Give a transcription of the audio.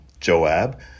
Joab